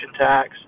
tax